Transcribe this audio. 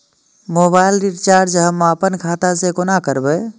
Mobile recharge हम आपन खाता से कोना करबै?